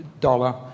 dollar